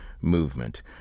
movement